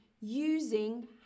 using